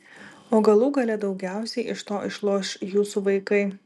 o galų gale daugiausiai iš to išloš jūsų vaikai